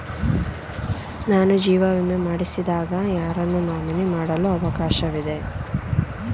ನಾನು ಜೀವ ವಿಮೆ ಮಾಡಿಸಿದಾಗ ಯಾರನ್ನು ನಾಮಿನಿ ಮಾಡಲು ಅವಕಾಶವಿದೆ?